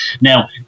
now